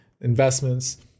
investments